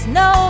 no